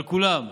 על כולם,